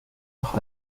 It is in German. noch